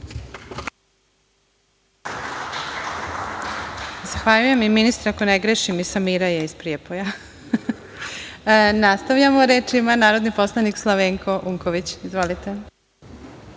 Zahvaljujem. Ministre, ako ne grešim, i Samira je iz Prijepolja. Nastavljamo, reč ima narodni poslanik Slavenko Unković. Izvolite.